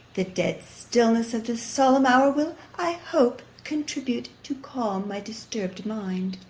the dead stillness of this solemn hour will, i hope, contribute to calm my disturbed mind.